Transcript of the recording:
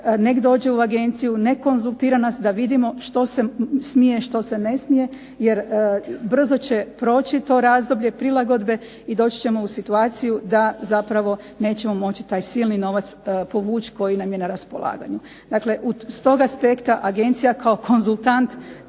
nek' dođe u agenciju, nek' konzultira nas da vidimo što se smije što se ne smije. Jer brzo će proći to razdoblje prilagodbe i doći ćemo u situaciju da zapravo nećemo moći taj silni novac povući koji nam je na raspolaganju. Dakle, s tog aspekta agencija kao konzultant